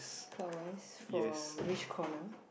clockwise from which corner